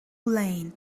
lane